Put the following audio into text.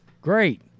Great